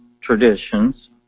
Traditions